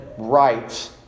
rights